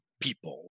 people